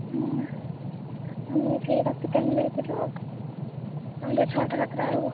ହୁଁ ଆମେ ସେ ରାତିଟା ହିଁ ଯାଇଥିଲୁ ସନ୍ଧ୍ୟା ଛଅଟା ସାତଟା ବେଲକୁ